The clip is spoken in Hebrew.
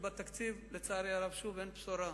שבתקציב, לצערי הרב, שוב אין בשורה.